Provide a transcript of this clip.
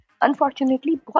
Unfortunately